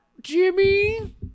Jimmy